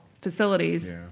facilities